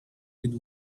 with